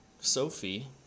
sophie